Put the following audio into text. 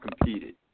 competed